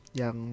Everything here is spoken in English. yang